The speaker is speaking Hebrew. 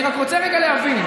אני רק רוצה רגע להבין.